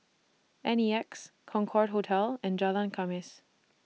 N E X Concorde Hotel and Jalan Khamis